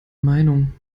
meinung